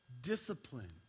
Discipline